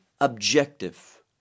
objective